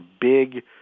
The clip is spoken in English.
big